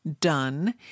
done